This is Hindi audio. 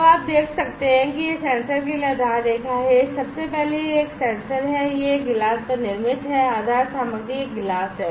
तो अब आप देख सकते हैं कि यह सेंसर के लिए आधार रेखा है सबसे पहले यह एक सेंसर है यह एक ग्लास पर निर्मित है आधार सामग्री एक ग्लास है